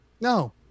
no